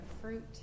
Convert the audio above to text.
fruit